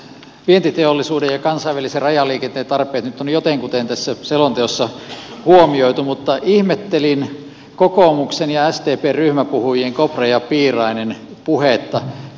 vientiteollisuuden ja kansainvälisen rajaliikenteen tarpeet nyt on jotenkuten tässä selonteossa huomioitu mutta ihmettelin kokoomuksen ja sdpn ryhmäpuhujien kopran ja piiraisen puhetta